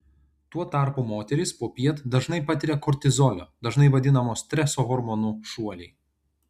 tuo tarpu moterys popiet dažnai patiria kortizolio dažnai vadinamo streso hormonu šuolį